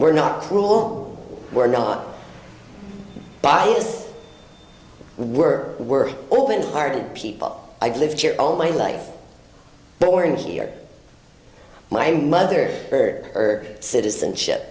we're not cruel we're not biased we're we're open hearted people i've lived here all my life born here my mother bird or citizenship